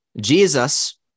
Jesus